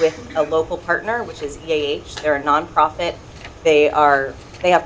with a local partner which is a nonprofit they are they have